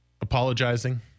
apologizing